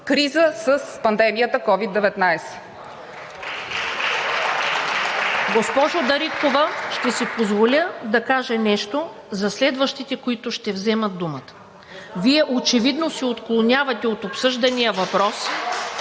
ПРЕДСЕДАТЕЛ ТАТЯНА ДОНЧЕВА: Госпожо Дариткова, ще си позволя да кажа нещо за следващите, които ще вземат думата. Вие очевидно се отклонявате от обсъждания въпрос